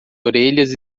orelhas